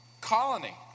colony